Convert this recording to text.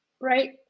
Right